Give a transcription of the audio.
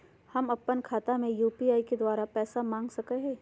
हम अपन खाता में यू.पी.आई के द्वारा पैसा मांग सकई हई?